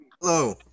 Hello